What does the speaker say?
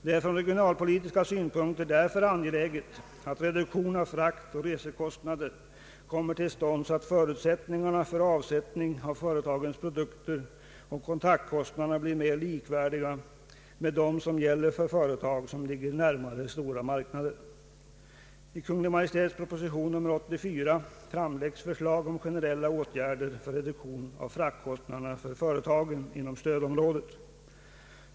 Det är ur regionalpolitiska synpunkter därför angeläget att en reduktion av fraktoch resekostnaderna kommer till stånd så att förutsättningarna för avsättning av företagens produkter och kontaktkostnaderna blir mera likvärdiga med dem som gäller för företag, som ligger närmare stora marknader. I Kungl. Maj:ts proposition nr 84 framlägges förslag om generella åtgärder för reduktion av fraktkostnaderna för företagen inom stödområdet.